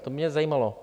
To by mě zajímalo.